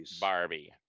Barbie